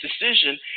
decision